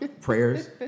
prayers